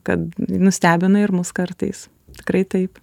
kad nustebina ir mus kartais tikrai taip